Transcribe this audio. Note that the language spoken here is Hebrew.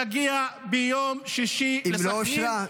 להגיע ביום שישי לסח'נין -- אם היא לא אושרה,